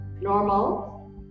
normal